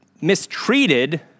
mistreated